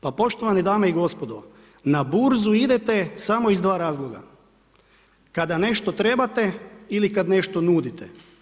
Pa poštovane dame i gospodo, na burzu idete samo iz dva razloga kada nešto trebate ili kada nešto nudite.